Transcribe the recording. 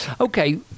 Okay